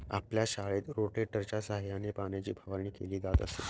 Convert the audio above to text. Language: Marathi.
आपल्या शाळेत रोटेटरच्या सहाय्याने पाण्याची फवारणी केली जात असे